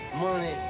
money